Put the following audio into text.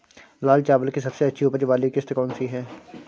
लाल चावल की सबसे अच्छी उपज वाली किश्त कौन सी है?